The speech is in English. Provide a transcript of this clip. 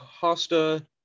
Costa